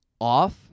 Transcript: Off